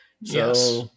Yes